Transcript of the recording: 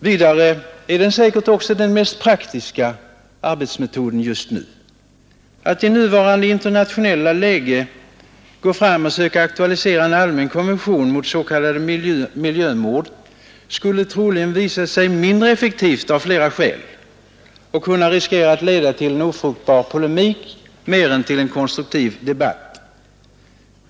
Vidare är den säkert också den mest praktiska arbetsmetoden just nu. Att i nuvarande internationella läge gå fram och söka aktualisera en allmän konvention mot s.k. miljömord skulle troligen visa sig mindre effektivt av flera skäl och kunna leda till en ofruktbar polemik mer än till en konstruktiv debatt.